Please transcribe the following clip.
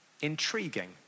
intriguing